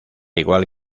igual